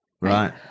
Right